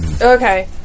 Okay